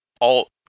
alt